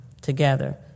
together